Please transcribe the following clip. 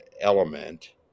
element